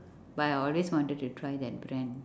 but I always wanted to try that brand